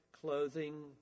clothing